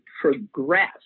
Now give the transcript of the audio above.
progress